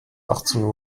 achtzehn